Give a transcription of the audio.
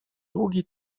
długi